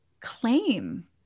claim